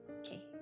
Okay